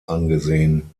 angesehen